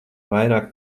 vairāk